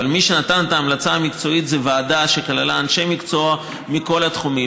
אבל מי שנתן את ההמלצה המקצועית זה ועדה שכללה אנשי מקצוע מכל התחומים,